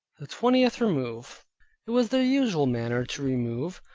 the twentieth remove it was their usual manner to remove,